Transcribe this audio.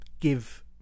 give